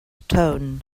stone